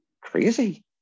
crazy